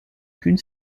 qu’une